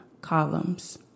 columns